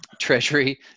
Treasury